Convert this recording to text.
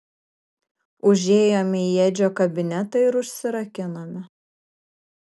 užėjome į edžio kabinetą ir užsirakinome